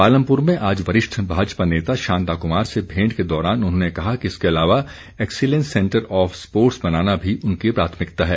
पालमपुर में आज वरिष्ठ भाजपा नेता शांता कुमार से भेंट के दौरान उन्होंने कहा कि इसके अलावा एक्सिलेंस सेंटर ऑफ स्पोर्ट्स बनाना भी उनकी प्राथमिकता है